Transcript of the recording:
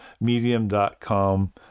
medium.com